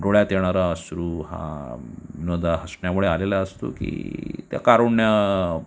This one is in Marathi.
डोळ्यात येणारा अश्रू हा विनोदा हसण्यामुळे आलेला असतो की त्या कारुण्य